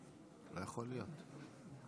כן, את רוצה בסוף?